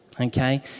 okay